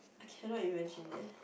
I cannot imagine eh